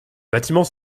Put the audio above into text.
bâtiments